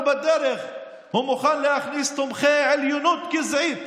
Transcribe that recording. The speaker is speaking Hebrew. ובדרך הוא מוכן להכניס תומכי עליונות גזעית